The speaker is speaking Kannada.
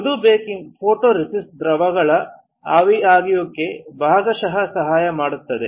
ಮೃದುವಾದ ಬೇಕಿಂಗ್ ಫೋಟೊರೆಸಿಸ್ಟ್ ದ್ರಾವಕಗಳ ಆವಿಯಾಗುವಿಕೆಗೆ ಭಾಗಶಃ ಸಹಾಯ ಮಾಡುತ್ತದೆ